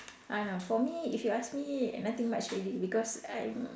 uh no for me if you ask me nothing much already because I'm